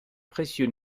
précieux